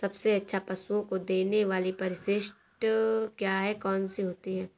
सबसे अच्छा पशुओं को देने वाली परिशिष्ट क्या है? कौन सी होती है?